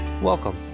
Welcome